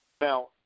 Now